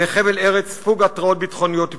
בחבל ארץ ספוג התרעות ביטחוניות ופיגועים.